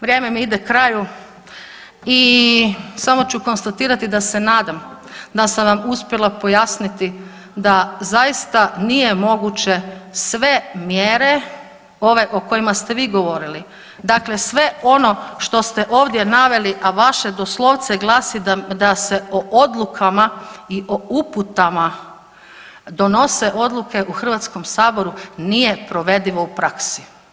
Vrijeme mi ide kraju i samo ću konstatirati da se nadam da sam vam uspjela pojasniti da zaista nije moguće sve mjere ove o kojima ste vi govorili dakle sve ono što ste ovdje naveli, a vaše doslovce glasi da se o odlukama i o uputama donose odluke u HS, nije provedivo u praksi.